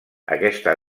aquesta